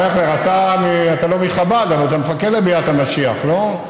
אתה לא מחב"ד, אבל אתה מחכה לביאת המשיח, לא?